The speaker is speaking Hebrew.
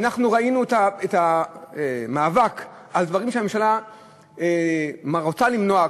אנחנו ראינו את המאבק על דברים שהממשלה רוצה למנוע,